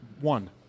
One